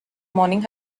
morning